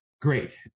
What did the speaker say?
great